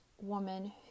woman